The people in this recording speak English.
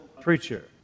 preacher